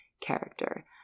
character